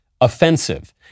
offensive